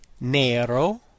nero